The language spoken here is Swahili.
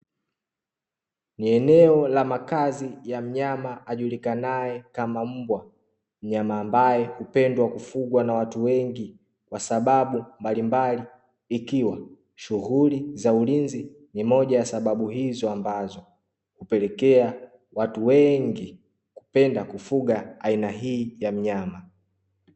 Ni eneo la makazi ya mnyama ajulikanaye kama mbwa, mnyama ambaye hupendwa kufugwa na watu wengi kwasababu mbalimbali, ikiwa shughuli za ulinzi ni moja ya sababu hizo ambazo hupelekea watu wengi kupenda kufuga aina hii ya mnyama.